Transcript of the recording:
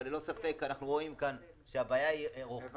אבל ללא ספק אנחנו רואים כאן שהבעיה רוחבית